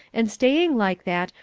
and staying like that,